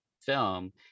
film